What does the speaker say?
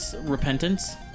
Repentance